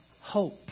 hope